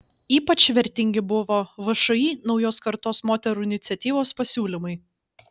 ypač vertingi buvo všį naujos kartos moterų iniciatyvos pasiūlymai